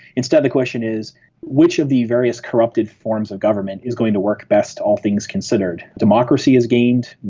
instead the question is which of the various corrupted forms of government is going to work best, all things considered? democracy is gamed,